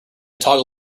toggle